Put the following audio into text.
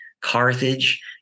Carthage